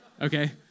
Okay